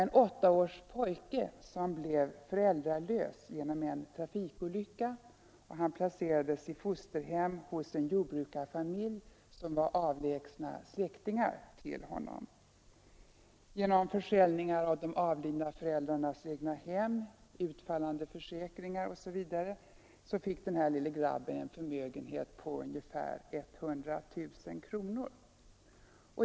En åtta års pojke blev föräldralös genom en trafikolycka, och han placerades i fosterhem hos en jordbrukarfamilj som var avlägsna släktingar till honom. Genom försäljning av de avlidna föräldrarnas egnahem, utfallande försäkringar osv. fick den här lille grabben en förmögenhet på ungefär 100 000 kronor.